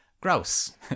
gross